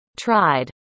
tried